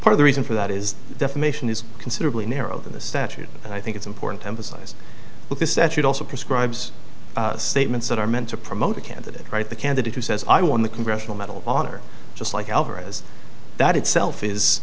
for the reason for that is defamation is considerably narrowed in the statute and i think it's important to emphasize that this statute also prescribes statements that are meant to promote a candidate right the candidate who says i won the congressional medal of honor just like alvarez that itself is